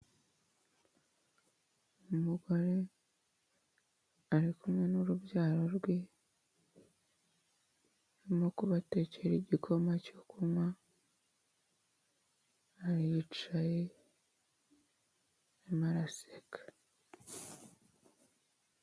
Umugore ari kumwe n'urubyaro rwe, arimo kubatekera igikoma cyo kunywa, aricaye arimo araseka.